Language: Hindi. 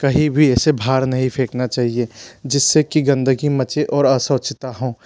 कही भी ऐसे बाहर नहीं फेकना चाहिए जिससे की गंदगी मचे और अस्वच्छता हो